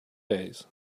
days